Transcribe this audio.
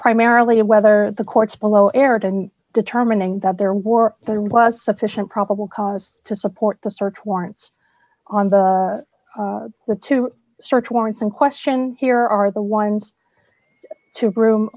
primarily and whether the courts below erred in determining that there were there was sufficient probable cause to support the search warrants on the were two search warrants in question here are the winds to broom